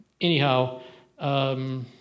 anyhow